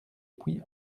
puy